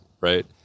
right